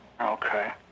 Okay